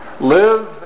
Live